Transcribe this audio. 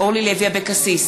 אורלי לוי אבקסיס,